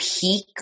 peak